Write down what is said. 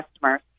customers